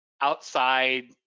outside